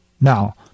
Now